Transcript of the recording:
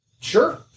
Sure